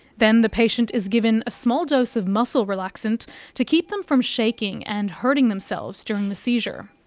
then the patient is given a small dose of muscle relaxant to keep them from shaking and hurting themselves during the seizure.